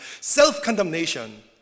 self-condemnation